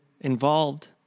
involved